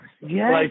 yes